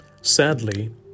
Sadly